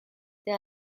they